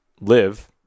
live